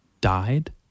died